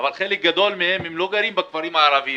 אבל חלק גדול מהם לא גר בכפרים הערביים